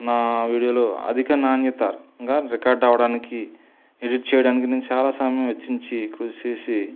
నా వీడియోలో అధిక నాణ్యతగా రికార్డు అవ్వడానికి ఎడిట్ చెయ్యడానికి నేను చాలా సమయం వెచ్చించి కృషి చేసి